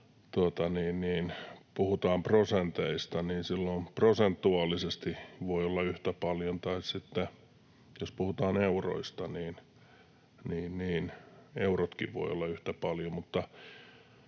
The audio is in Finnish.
puhutaan prosenteista, niin silloin prosentuaalisesti voi olla yhtä paljon, tai sitten jos puhutaan euroista, niin eurotkin voivat olla yhtä paljon.